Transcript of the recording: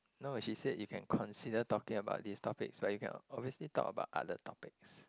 no she said you can consider talking about these topics but you can obviously talk about other topics